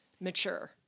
mature